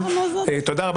תודה רבה.